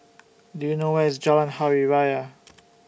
Do YOU know Where IS Jalan Hari Raya